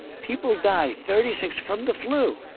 people die thirty six from the flu.